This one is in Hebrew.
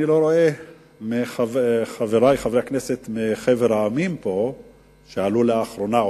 אני לא רואה פה את חברי חברי הכנסת מחבר העמים שעלו לאחרונה,